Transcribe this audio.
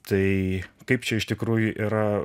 tai kaip čia iš tikrųjų yra